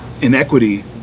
inequity